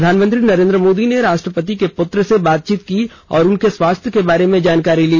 प्रधानमंत्री नरेंद्र मोदी ने राष्ट्रपति के पुत्र से बातचीत की और उनके स्वास्थ्य के बारे में जानकारी ली